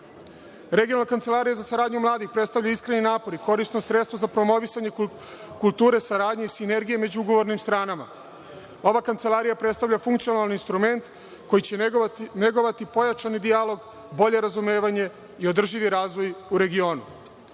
segmentu. Regionalna Kancelarija za saradnju mladih, predstavlja iskreni napor i korisno sredstvo za promovisanje kulture, saradnje i sinergije među ugovornim stranama. Ova kancelarija predstavlja funkcionalni instrument, koji će negovati pojačani dijalog, bolje razumevanje i održivi razvoj u regionu. Narodnoj